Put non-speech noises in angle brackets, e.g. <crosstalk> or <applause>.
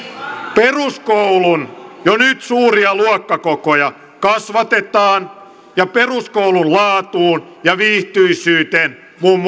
peruskoulun jo nyt suuria luokkakokoja kasvatetaan ja peruskoulun laatuun ja viihtyisyyteen muun <unintelligible>